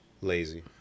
lazy